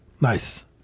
nice